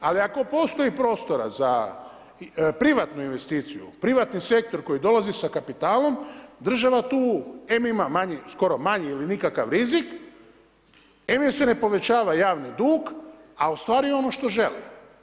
Ali ako postoji prostora za privatnu investiciju, privatni sektor koji dolazi sa kapitalom, država tu em ima skoro manji ili nikakav rizik, em joj se ne povećava javni dug, a ustvari … što želi.